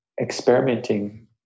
experimenting